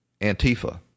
Antifa